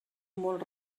molt